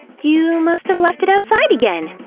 you must've left it outside again!